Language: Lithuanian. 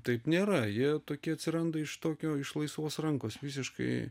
taip nėra jie tokie atsiranda iš tokio iš laisvos rankos visiškai